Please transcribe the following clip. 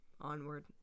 onward